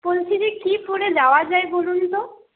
বলছি যে কি পরে যাওয়া যায় বলুন তো